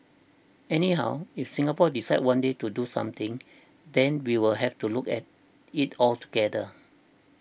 anyhow if Singapore decides one day to do something then we'll have to look at it altogether